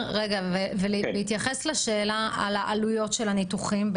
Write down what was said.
ובהתייחס לשאלה על העלויות של הניתוחים?